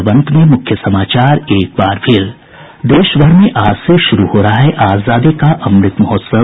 और अब अंत में मुख्य समाचार देश भर में आज से शुरू हो रहा है आजादी का अमृत महोत्सव